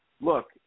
Look